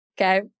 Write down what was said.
Okay